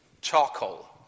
Charcoal